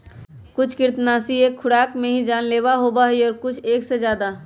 कुछ कृन्तकनाशी एक खुराक में ही जानलेवा होबा हई और कुछ एक से ज्यादा